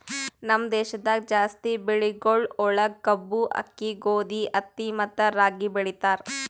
ನಮ್ ದೇಶದಾಗ್ ಜಾಸ್ತಿ ಬೆಳಿಗೊಳ್ ಒಳಗ್ ಕಬ್ಬು, ಆಕ್ಕಿ, ಗೋದಿ, ಹತ್ತಿ ಮತ್ತ ರಾಗಿ ಬೆಳಿತಾರ್